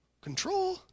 Control